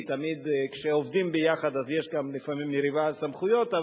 כי תמיד כשעובדים ביחד יש לפעמים מריבה על סמכויות,